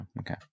Okay